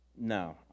no